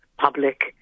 public